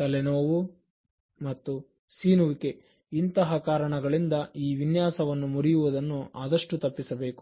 ತಲೆನೋವು ಮತ್ತು ಸೀನುವಿಕೆ ಇಂತಹ ಕಾರಣಗಳಿಂದ ಈ ವಿನ್ಯಾಸವನ್ನು ಮುರಿಯುವುದನ್ನು ಆದಷ್ಟು ತಪ್ಪಿಸಬೇಕು